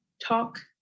Talk